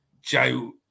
Joe